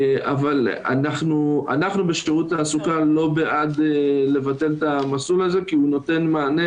אבל אנחנו בשירות התעסוקה לא בעד לבטל את המסלול הזה כי הוא נותן מענה